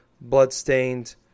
Bloodstained